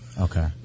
Okay